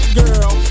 girl